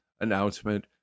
announcement